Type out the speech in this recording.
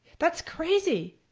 that's crazy,